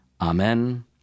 Amen